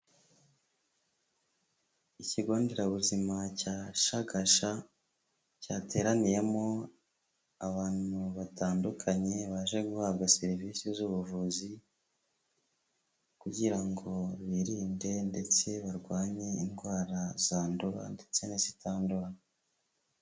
Ikigonderabuzima cya Shagasha cyateraniyemo abantu batandukanye baje guhabwa serivisi z'ubuvuzi kugira ngo birinde ndetse barwanye indwara zandura ndetse n'izitandura.